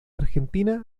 argentina